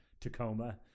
Tacoma